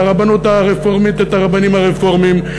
והרבנות הרפורמית את הרבנים הרפורמים,